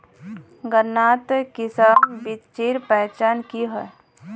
गन्नात किसम बिच्चिर पहचान की होय?